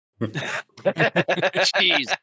Jeez